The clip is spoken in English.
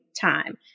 time